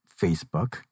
Facebook